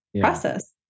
process